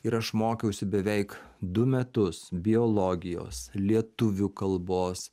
ir aš mokiausi beveik du metus biologijos lietuvių kalbos